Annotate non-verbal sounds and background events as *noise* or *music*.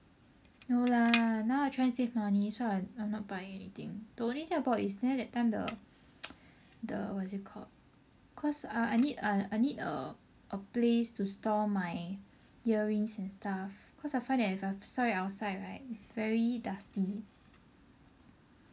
no lah now I trying save money so I I'm not buying anything the only thing I bought is neh that time the *noise* the what is it called cause I I need I need a place to store my earrings and stuff cause I find that if I store it outside right it's very dusty